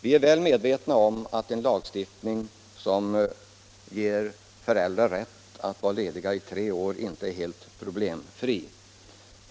Vi är väl medvetna om att en lagstiftning som ger föräldrar rätt att vara lediga i tre år inte är helt problemfri.